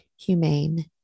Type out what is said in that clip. humane